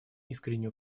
искреннюю